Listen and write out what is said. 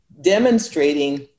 demonstrating